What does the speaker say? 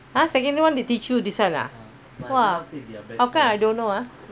!huh! secondary one they teach you this one ah !wah! how come I don't know ah